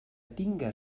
tinga